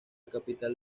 capital